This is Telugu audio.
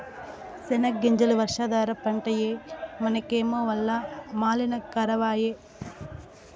సెనగ్గింజలు వర్షాధార పంటాయె మనకేమో వల్ల మాలిన కరవాయె